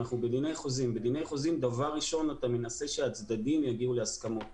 בדיני חוזים דבר ראשון אתה מנסה שהצדדים יגיעו להסכמות,